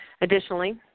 Additionally